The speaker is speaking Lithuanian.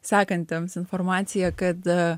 sekantiems informaciją kad